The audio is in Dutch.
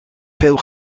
veel